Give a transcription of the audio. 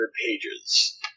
pages